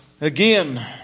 Again